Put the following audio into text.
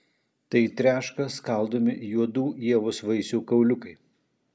tai treška skaldomi juodų ievos vaisių kauliukai